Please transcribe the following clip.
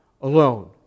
alone